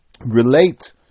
relate